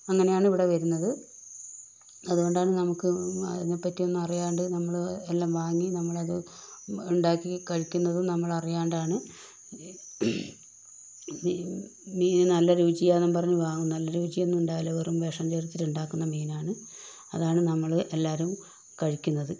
അങ്ങനെയാണ് ഇവിടെ വരുന്നത് അതുകൊണ്ടാണ് നമുക്ക് അതിനെ പറ്റി ഒന്നും അറിയാണ്ട് നമ്മൾ എല്ലാം വാങ്ങി നമ്മളത് ഉണ്ടാക്കി കഴിക്കുന്നത് നമ്മളറിയാണ്ടാണ് മീ മീൻ നല്ല രുചിയാന്ന് പറഞ്ഞ് വാങ്ങും നല്ല രുചിയൊന്നും ഉണ്ടാകൂല്ല വിഷം ചേർത്ത് ഉണ്ടാക്കുന്ന മീനാണ് അതാണ് നമ്മൾ എല്ലാവരും കഴിക്കുന്നത്